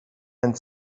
and